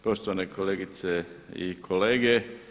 Poštovane kolegice i kolege.